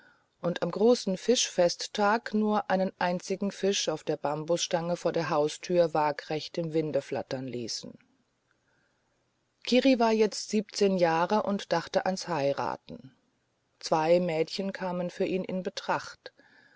und am großen fischfesttage nur einen einzigen fisch auf der bambusstange vor der haustür waagrecht im winde flattern ließen kiri war jetzt siebzehn jahre und dachte ans heiraten zwei mädchen kamen für ihn in betracht